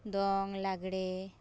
ᱫᱚᱝ ᱞᱟᱜᱽᱲᱮ